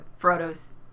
Frodo's